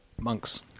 Monks